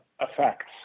effects